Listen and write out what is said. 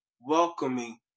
welcoming